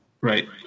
right